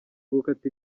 gukata